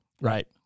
right